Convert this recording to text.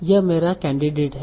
यह मेरा केंडीडेट है